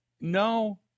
No